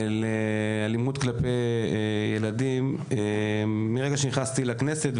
נושא האלימות כלפי ילדים מרגע שנכנסתי לכנסת.